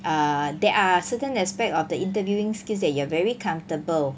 err there are certain aspect of the interviewing skills that you are very comfortable